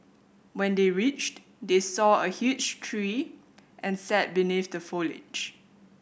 when they reached they saw a huge tree and sat beneath the foliage